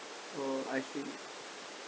orh I see